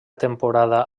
temporada